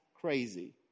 crazy